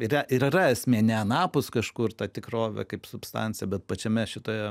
yra ir yra esė ne anapus kažkur ta tikrovė kaip substancija bet pačiame šitoje